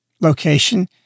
location